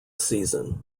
season